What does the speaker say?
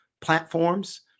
platforms